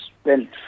spent